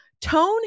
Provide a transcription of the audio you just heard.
Tone